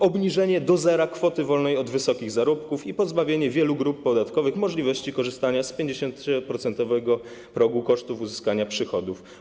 Obniżenie do zera kwoty wolnej przy wysokich zarobkach i pozbawienie wielu grup podatkowych możliwości korzystania z 50-procentowego progu kosztów uzyskania przychodów.